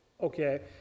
Okay